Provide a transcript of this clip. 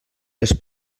les